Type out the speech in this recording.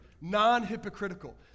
non-hypocritical